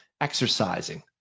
exercising